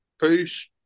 Peace